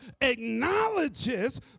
acknowledges